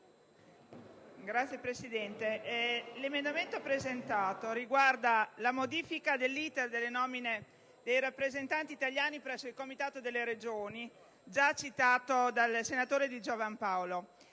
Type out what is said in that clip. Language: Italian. Signora Presidente, l'emendamento 6.1 riguarda la modifica dell'*iter* delle nomine dei rappresentanti italiani presso il Comitato delle regioni, già citato dal senatore Di Giovan Paolo.